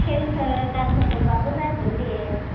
पेन्टफोर गानहोबोबाबो जागोन दे